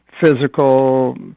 physical